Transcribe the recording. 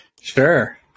Sure